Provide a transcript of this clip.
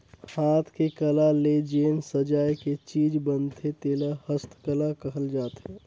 हाथ के कला ले जेन सजाए के चीज बनथे तेला हस्तकला कहल जाथे